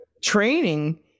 training